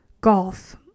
golf